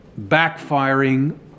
backfiring